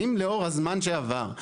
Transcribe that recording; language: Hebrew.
האם לאור הזמן שעבר,